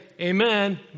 Amen